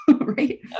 right